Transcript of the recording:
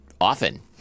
often